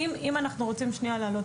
אנחנו נעדכן